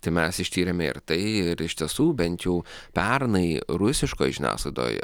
tai mes ištyrėme ir tai iš tiesų bent jau pernai rusiškoj žiniasklaidoj